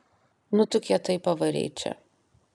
nu tu kietai pavarei čia